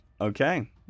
Okay